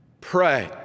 pray